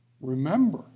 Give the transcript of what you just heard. Remember